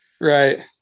right